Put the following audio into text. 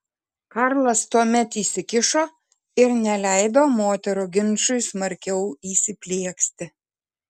karlas tuomet įsikišo ir neleido moterų ginčui smarkiau įsiplieksti